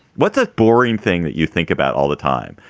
what's a boring thing that you think about all the time?